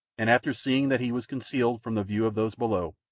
and after seeing that he was concealed from the view of those below,